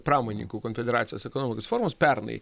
pramonininkų konfederacijos ekonomikos forumas pernai